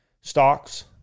stocks